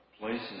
places